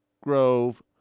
Grove